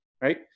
Right